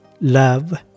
Love